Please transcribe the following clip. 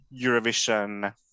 Eurovision